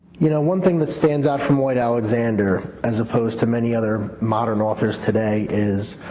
you know one thing that stands out from lloyd alexander as opposed to many other modern authors today is